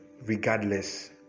Regardless